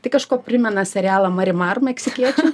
tai kažkuo primena serialą marimar meksikiečių